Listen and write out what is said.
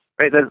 right